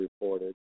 reported